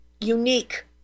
unique